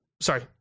sorry